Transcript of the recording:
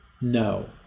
No